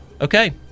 Okay